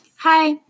Hi